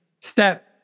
step